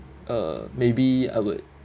uh maybe I would